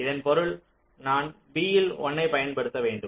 இதன் பொருள் நான் b இல் 1 ஐப் பயன்படுத்த வேண்டும்